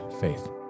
faith